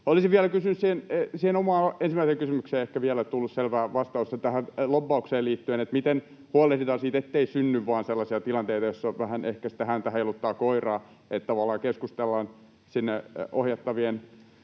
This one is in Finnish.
Olisin vielä kysynyt, kun siihen omaan ensimmäiseen kysymykseen ei ehkä vielä tullut selvää vastausta tähän lobbaukseen liittyen, että miten huolehditaan siitä, ettei vain synny sellaisia tilanteita, joissa vähän ehkä häntä heiluttaa koiraa — että keskustellaan ohjattavien